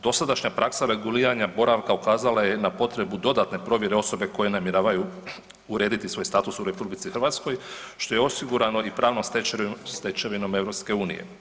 Dosadašnja praksa reguliranja boravka ukaza je na potrebu dodatne provjere osobe koje namjeravaju urediti svoj status u RH što je osigurano i pravnom stečevinom EU.